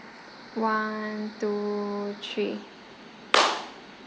one two three